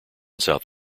south